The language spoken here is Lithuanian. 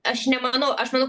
aš nemanau aš manau